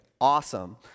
awesome